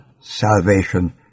salvation